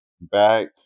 back